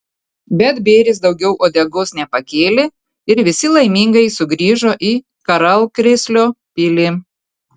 bet bėris daugiau uodegos nepakėlė ir visi laimingai sugrįžo į karalkrėslio pilį